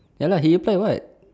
ya lah he apply what